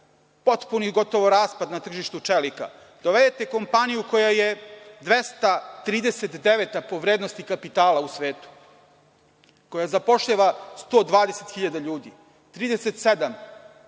potpuni gotovo raspad na tržištu čelika, dovedite kompaniju koja je 239 po vrednosti kapitala u svetu, koja zapošljava 120.000 ljudi, 37